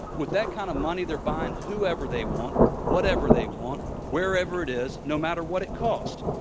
with that kind of money they're buying whoever they want, whatever they want, wherever it is, no matter what it costs.